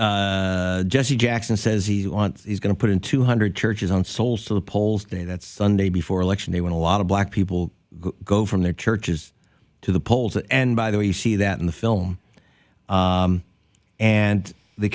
jesse jackson says he wants he's going to put in two hundred churches on souls to the polls day that's sunday before election day when a lot of black people go from their churches to the polls and by the way you see that in the film and the